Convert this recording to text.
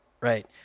right